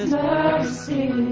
mercy